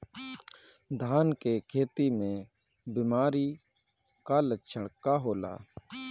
धान के खेती में बिमारी का लक्षण का होला?